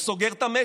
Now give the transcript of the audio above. הוא סוגר את המשק,